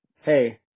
Hey